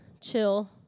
chill